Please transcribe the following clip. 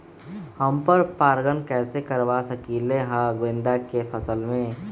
हम पर पारगन कैसे करवा सकली ह गेंदा के फसल में?